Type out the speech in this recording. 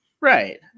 right